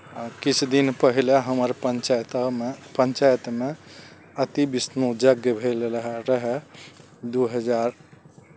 किछु दिन पहिले हमर पञ्चायतमे पञ्चायतमे अति विष्णु यज्ञ भेल रहय रहय दू हजार